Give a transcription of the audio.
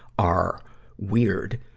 are weird.